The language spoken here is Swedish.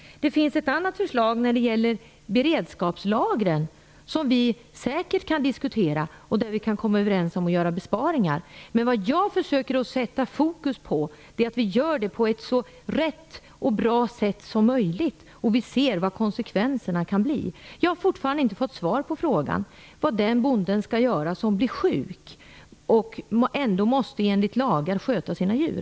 Det finns ett annat förslag som tar upp beredskapslagren, som vi kan diskutera. Där vi kan vi säkert komma överens om besparingar. Men jag försöker att sätta i fokus att vi skall spara på ett så rätt och bra sätt som möjligt och att vi skall se efter vilka konsekvenserna blir. Jag har fortfarande inte fått svar på min fråga om vad den bonde skall göra som blir sjuk och ändå enligt lagen måste sköta sina djur.